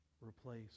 Replace